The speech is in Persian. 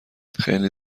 خیلی